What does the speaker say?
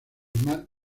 mar